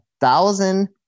thousand